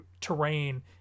terrain